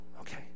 okay